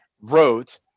wrote